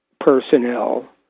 personnel